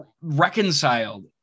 reconciled